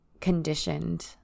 conditioned